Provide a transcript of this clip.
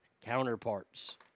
counterparts